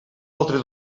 altre